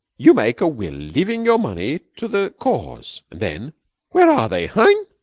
you make a will leaving your money to the cause, and then where are they, hein?